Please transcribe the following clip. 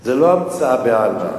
זה לא המצאה בעלמא.